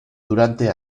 durante